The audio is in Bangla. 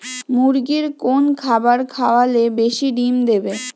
মুরগির কোন খাবার খাওয়ালে বেশি ডিম দেবে?